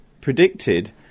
predicted